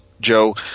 Joe